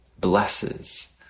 blesses